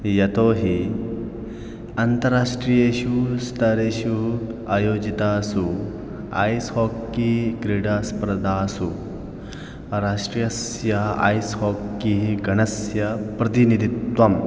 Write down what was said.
यतोहि अन्ताराष्ट्रियेषु स्तरेषु आयोजितासु ऐस् हाकि क्रीडास्पर्धासु राष्ट्रस्य ऐस् हाकिः गणस्य प्रतिनिधित्वं